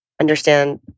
understand